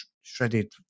shredded